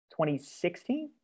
2016